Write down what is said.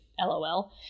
lol